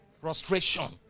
Frustration